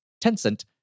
Tencent